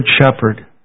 Shepherd